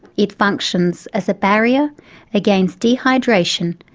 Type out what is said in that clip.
it functions as a barrier against dehydration,